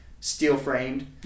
steel-framed